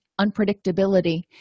unpredictability